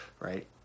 right